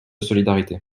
solidarité